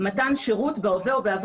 רן מההסתדרות, מן הסתם אתה רוצה לומר